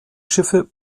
schiffe